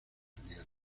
ingenieros